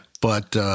But-